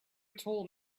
told